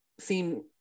seem